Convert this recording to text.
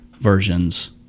versions